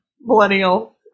millennial